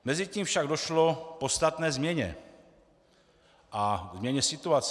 Mezitím však došlo k podstatné změně situace.